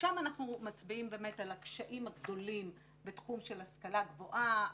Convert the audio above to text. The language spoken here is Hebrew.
שם אנחנו מצביעים על הקשיים הגדולים בתחום ההשכלה הגבוהה,